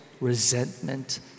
resentment